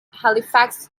halifax